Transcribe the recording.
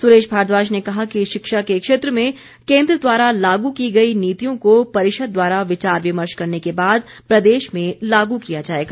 सुरेश भारद्वाज ने कहा कि शिक्षा के क्षेत्र में केन्द्र द्वारा लागू की गई नीतियों को परिषद द्वारा विचार विमर्श करने के बाद प्रदेश में लागू किया जाएगा